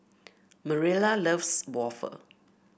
Mariela loves waffle